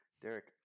Derek